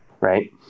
Right